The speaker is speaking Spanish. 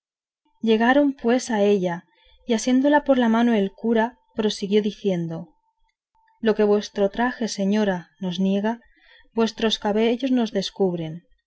llegaron pues a ella y asiéndola por la mano el cura prosiguió diciendo lo que vuestro traje señora nos niega vuestros cabellos nos descubren